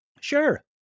sure